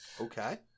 Okay